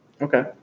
Okay